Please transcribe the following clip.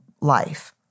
life